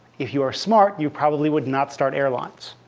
if you are smart, you probably would not start airlines.